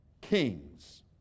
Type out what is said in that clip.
kings